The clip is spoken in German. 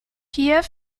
kiew